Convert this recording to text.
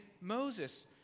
Moses